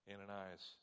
Ananias